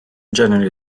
genere